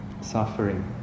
suffering